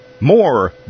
more